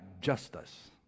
justice